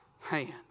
hand